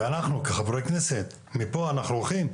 אנחנו כחברי כנסת, מפה אנחנו הולכים,